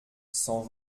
cent